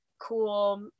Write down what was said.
cool